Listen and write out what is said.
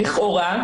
לכאורה,